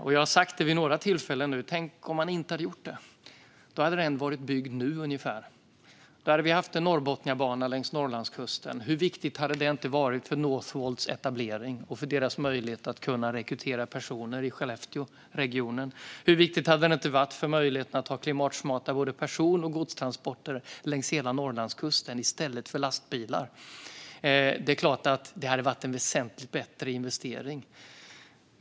Jag har sagt det vid några tillfällen nu: Tänk om man inte hade gjort det! Då hade den varit byggd nu, ungefär. Då hade vi haft Norrbotniabanan längs Norrlandskusten. Hur viktigt hade det inte varit för Northvolts etablering och för deras möjlighet att rekrytera personer till Skellefteåregionen? Hur viktigt hade det inte varit för möjligheten att ha klimatsmarta person och godstransporter längs hela Norrlandskusten i stället för bilar och lastbilar? Det är klart att det hade varit en väsentligt bättre investering.